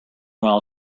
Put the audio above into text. while